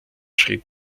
schrieb